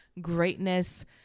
greatness